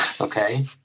okay